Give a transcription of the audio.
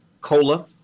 Cola